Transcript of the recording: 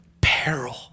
peril